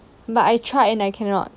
but I tried and I cannot